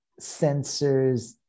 sensors